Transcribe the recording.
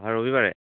অঁ ৰবিবাৰে